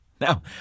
Now